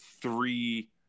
three